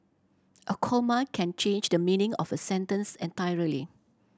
a comma can change the meaning of a sentence entirely